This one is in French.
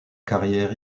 carrière